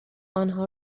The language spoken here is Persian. آنها